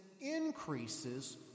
increases